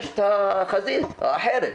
יש את החזית האחרת,